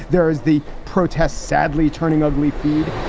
there is the protests, sadly turning ugly feed.